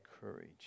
courage